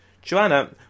Joanna